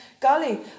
golly